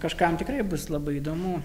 kažkam tikrai bus labai įdomu